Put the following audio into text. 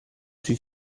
sui